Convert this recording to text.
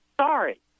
sorry